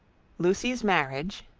lucy's marriage,